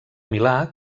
milà